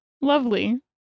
lovely